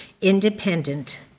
Independent